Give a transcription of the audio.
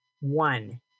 one